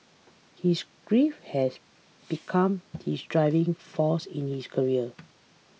his grief has become his driving force in his career